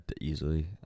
easily